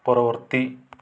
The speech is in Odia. ପରବର୍ତ୍ତୀ